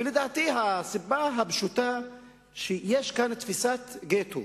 לדעתי הסיבה הפשוטה היא שיש פה תפיסת גטו,